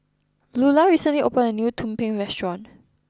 Loula recently opened a new Tumpeng restaurant